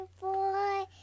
boy